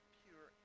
pure